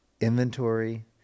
inventory